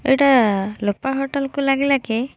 ଏହିଟା ଲୋପା ହୋଟେଲକୁ ଲାଗିଲା କି